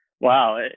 Wow